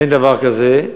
אין דבר כזה.